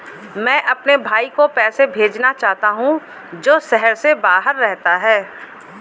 मैं अपने भाई को पैसे भेजना चाहता हूँ जो शहर से बाहर रहता है